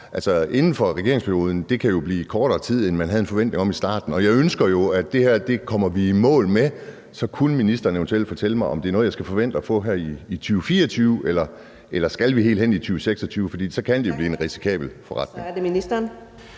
inden for regeringens periode – det kan jo blive kortere tid, end man havde en forventning om i starten, og jeg ønsker jo, at vi kommer i mål med det her. Så kunne ministeren eventuelt fortælle mig, om det er noget, jeg skal forvente at få her i 2024, eller om vi skal helt hen i 2026? For så kan det jo blive en risikabel forretning.